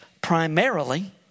primarily